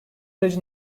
süreci